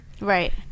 Right